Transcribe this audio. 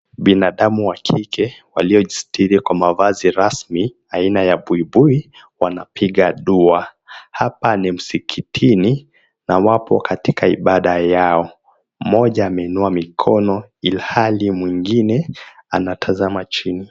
Binadamu wanawake waliojisitiri kwa mavazi rasmi aina ya buibui wanapiga dua hapa ni msikitini na wapo katika ibadaa yao mmoja ameinua mikono ilihali mwingine anatazama chini.